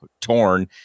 torn